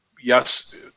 yes